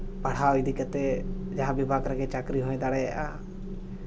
ᱯᱟᱲᱦᱟᱣ ᱤᱫᱤ ᱠᱟᱛᱮᱫ ᱡᱟᱦᱟᱸ ᱵᱤᱵᱷᱟᱜᱽ ᱨᱮᱜᱮ ᱪᱟᱹᱠᱨᱤ ᱦᱩᱭ ᱫᱟᱲᱮᱭᱟᱜᱼᱟ